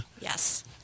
yes